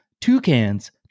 Toucans